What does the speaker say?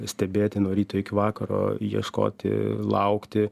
stebėti nuo ryto iki vakaro ieškoti laukti